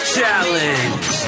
challenge